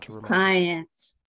clients